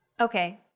Okay